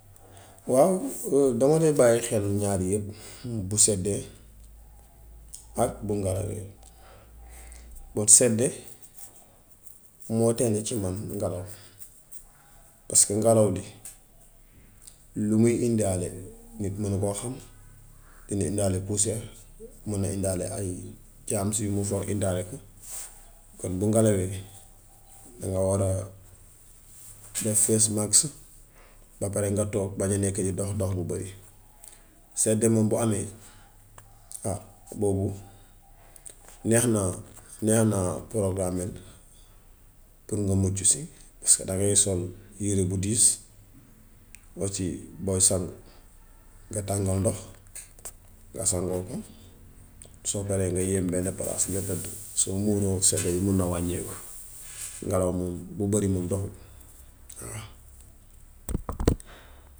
Waaw dama de bàyyi xel naar yépp bu seddee ak bu ngalawee. Bub sedde moo tane ci man ngalaw paska ngalaw li lu muy undaale nit munu koo xam. Dina undaale poussière. Mun na undaale ay jaams yu mu for undaale ko. Kon bu ngalawee, danga war a def face mask ba pare nga toog bañ a nekk di dox dox bu bëri. Sedd moom bu amee boobu neex na neex na porogaraamel pour nga muccu si paska dangay sol yëre bu diis bol ci booy sangu nga tàngal ndox nga sangoo ko. Soo paree nga yem benn palaas. Soo muuroo sedda bi mun na wàññeeku. Ngalaw moom bu bëri moom duxut.